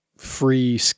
Free